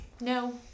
No